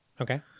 Okay